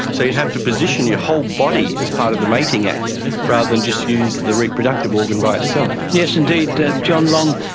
so you'd have to position your whole body as part of the mating act rather than just use the reproductive organ by itself. yes indeed. john long,